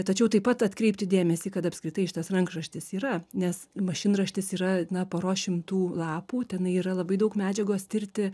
tačiau taip pat atkreipti dėmesį kad apskritai šitas rankraštis yra nes mašinraštis yra na poros šimtų lapų tenai yra labai daug medžiagos tirti